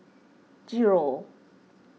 zero